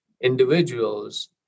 individuals